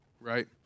right